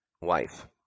wife